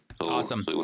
awesome